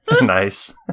Nice